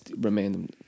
remain